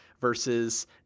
versus